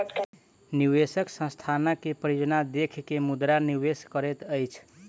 निवेशक संस्थानक के परियोजना देख के मुद्रा निवेश करैत अछि